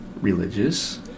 religious